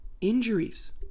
Injuries